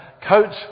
coat